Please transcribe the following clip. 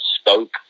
Stoke